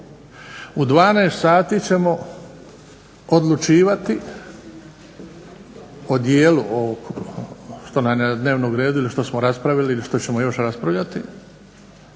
U 12,00 sati ćemo odlučivati o dijelu ovog što nam je na dnevnom redu ili što smo raspravili ili što ćemo još raspravljati